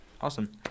awesome